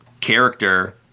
character